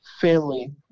family